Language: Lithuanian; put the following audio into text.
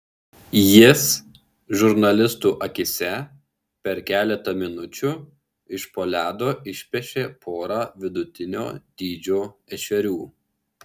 jis žurnalistų akyse per keletą minučių iš po ledo išpešė porą vidutinio dydžio ešerių